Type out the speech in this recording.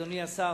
אדוני השר,